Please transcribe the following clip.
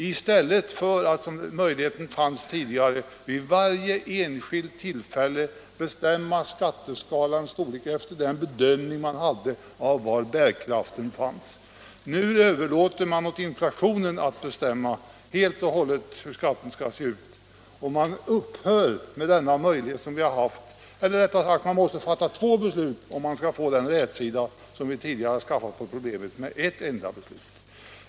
I stället för att vid varje enskilt tillfälle bestämma skatteskalans utformning efter den bedömning man gör av var bärkraften finns överlåter man nu helt och hållet åt inflationen att bestämma hur skatten skall se ut. I annat fall måste man fatta två beslut för att få den rätsida på problemet som vi tidigare fått med ett enda beslut.